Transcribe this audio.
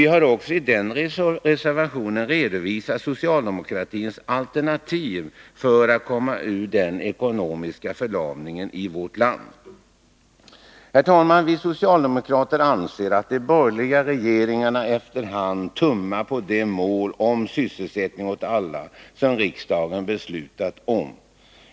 Vi har också i den reservationen redovisat socialdemokratins alternativ för att komma ut ur den ekonomiska förlamningen i vårt land. Herr talman! Vi socialdemokrater anser att de borgerliga regeringarna efter hand har tummat på målet sysselsättning åt alla, som riksdagen beslutat om.